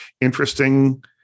interesting